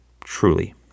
truly